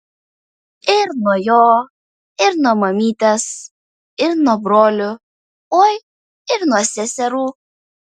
ir nuo jo ir nuo mamytės ir nuo brolių oi ir nuo seserų